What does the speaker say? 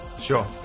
sure